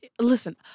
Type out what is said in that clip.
listen